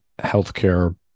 healthcare